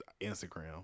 instagram